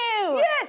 Yes